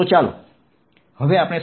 તો હવે ચાલો આપણે સંકલન કરીએ